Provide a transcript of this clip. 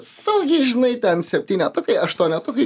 saugiai žinai ten septynetukai aštuonetukai